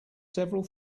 several